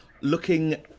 looking